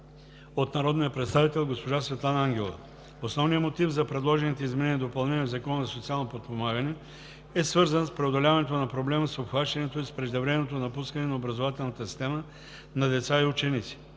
от народния представител госпожа Светлана Ангелова. Основният мотив за предложените изменения и допълнения в Закона за социално подпомагане е свързан с преодоляването на проблема с обхващането и с преждевременното напускане на образователната система на деца и ученици.